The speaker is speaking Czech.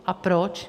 A proč?